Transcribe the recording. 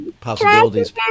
possibilities